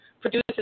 produces